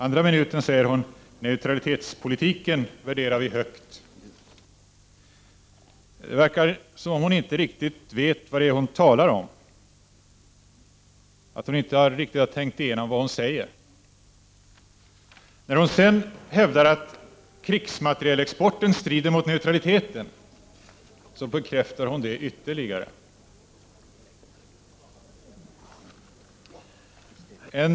Andra minuten säger hon: Neutralitetspolitiken värderar vi högt. Det verkar som om hon inte riktigt vet vad hon talar om, att hon inte riktigt har tänkt igenom vad hon säger. När hon sedan hävdar att krigsmaterielexporten strider mot neutralitetspolitiken bekräftar hon ytterligare detta.